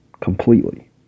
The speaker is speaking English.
completely